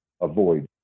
Avoid